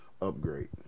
upgrade